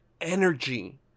energy